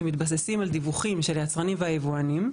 שמבוססים על דיווחים של יצרנים ויבואנים.